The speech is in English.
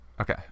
okay